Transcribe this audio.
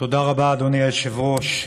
תודה רבה, אדוני היושב-ראש.